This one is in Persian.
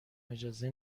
اجازه